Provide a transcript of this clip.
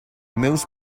most